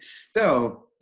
so,